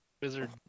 wizard